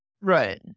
right